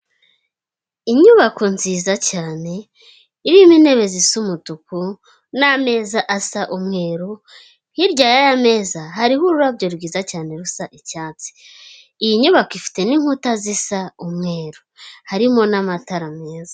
Inyubako nziza cyane irimo intebe zisa umutuku n'ameza asa umweru, hirya y'ameza hariho ururabyo rwiza cyane rusa icyatsi. Iyi nyubako ifite n'inkuta zisa umweru harimo n'amatara meza.